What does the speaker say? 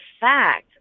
fact